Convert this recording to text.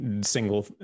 single